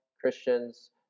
Christians